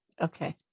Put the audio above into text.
Okay